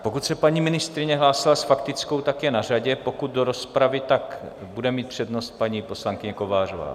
Pokud se paní ministryně hlásila s faktickou, tak je na řadě, pokud do rozpravy, tak bude mít přednost paní poslankyně Kovářová.